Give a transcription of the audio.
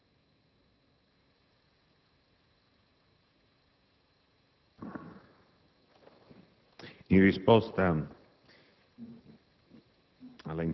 in risposta